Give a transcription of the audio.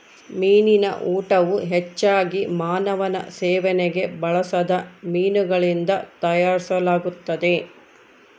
ಮೀನಿನ ಊಟವು ಹೆಚ್ಚಾಗಿ ಮಾನವನ ಸೇವನೆಗೆ ಬಳಸದ ಮೀನುಗಳಿಂದ ತಯಾರಿಸಲಾಗುತ್ತದೆ